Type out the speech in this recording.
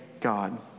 God